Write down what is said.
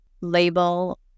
label